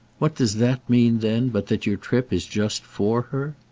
what does that mean then but that your trip is just for her?